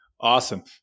Awesome